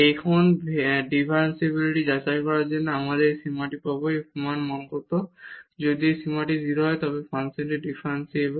এখন ডিফারেনশিবিলিটি যাচাই করার জন্য আমরা এই সীমাটি পাবো এই সীমার মান কত যদি এই সীমাটি 0 হয় তবে ফাংশনটি ডিফারেনশিবল